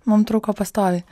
mum trūko pastoviai